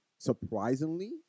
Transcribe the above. surprisingly